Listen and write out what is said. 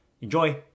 Enjoy